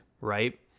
right